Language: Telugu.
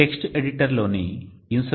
టెక్స్ట్ ఎడిటర్ లోని insolation